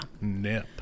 Nip